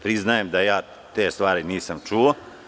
Priznajem da te stvari nisam čuo.